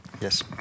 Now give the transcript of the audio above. Yes